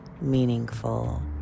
meaningful